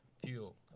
fuel